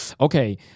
okay